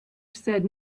said